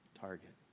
target